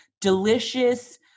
delicious